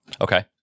Okay